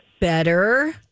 Better